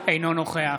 אינו נוכח